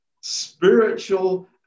spiritual